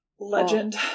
Legend